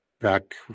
back